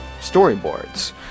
storyboards